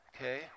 Okay